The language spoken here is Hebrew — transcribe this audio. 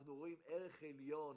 אנחנו רואים ערך עליון